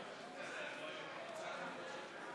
בבקשה, סגנית מזכיר הכנסת.